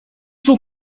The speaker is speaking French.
sont